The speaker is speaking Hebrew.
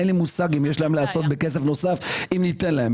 אין לי מושג מה יש להם לעשות בכסף נוסף אם ניתן להם.